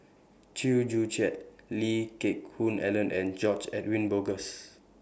Chew Joo Chiat Lee Geck Hoon Ellen and George Edwin Bogaars